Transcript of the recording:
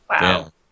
wow